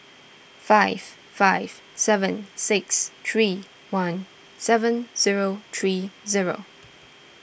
five five seven six three one seven zero three zero